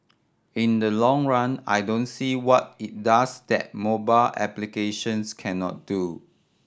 in the long run I don't see what it does that mobile applications cannot do